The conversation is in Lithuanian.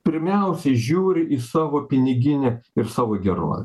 pirmiausiai žiūri į savo piniginę ir savo gerovę